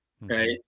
Right